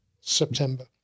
September